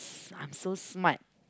I'm so smart